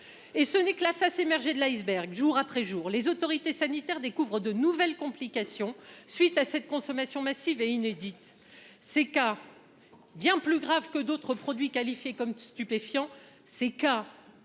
Et ce n'est que la face émergée de l'iceberg, jour après jour, les autorités sanitaires découvrent de nouvelles complications. Suite à cette consommation massive et inédite ces cas. Bien plus grave que d'autres produits qualifiés comme stupéfiant ces cas.